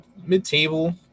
mid-table